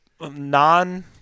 Non